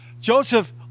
Joseph